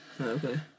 Okay